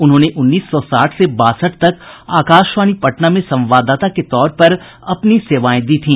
उन्होंने उन्नीस सौ साठ से बासठ तक आकाशवाणी पटना में संवाददाता के तौर पर अपनी सेवाएं दी थी